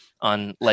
on